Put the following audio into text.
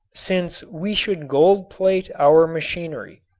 since we should gold-plate our machinery,